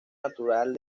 natural